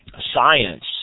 science